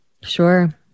Sure